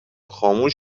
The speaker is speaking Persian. خاموش